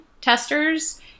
testers